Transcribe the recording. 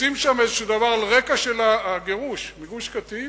ומוצאים שם איזה דבר על רקע הגירוש מגוש-קטיף